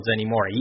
anymore